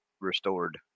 restored